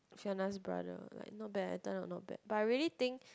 Fiona's brother like not bad eh turn out not bad but I really think